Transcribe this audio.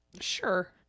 sure